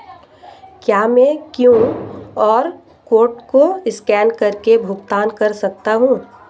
क्या मैं QR code को स्कैन करके भुगतान कर सकता हूं?